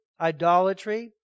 idolatry